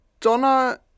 Donna